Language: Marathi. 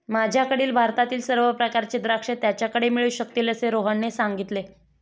माझ्याकडील भारतातील सर्व प्रकारची द्राक्षे त्याच्याकडे मिळू शकतील असे रोहनने सांगितले